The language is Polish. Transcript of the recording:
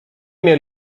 mnie